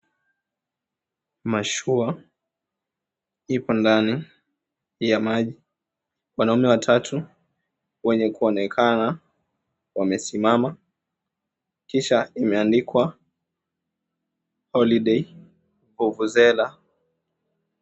Mashua ipo ndani ya maji. Wanaume watatu wenye kuonekana wamesimama, kisha imeandikwa, Holiday Vuvuzela.